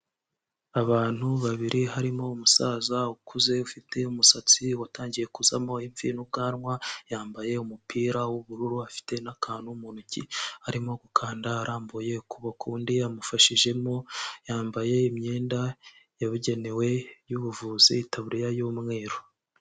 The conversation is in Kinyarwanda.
Abantu babiri harimo umusaza ukuze ufite umusatsi watangiye kuzamo imvi n'ubwanwa, yambaye umupira w'ubururu afite n'akantu mu ntoki arimo gukanda arambuye kukundi yamufashijemo yambaye imyenda yabugenewe y'ubuvuzi itaburiya y'umweru.